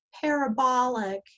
parabolic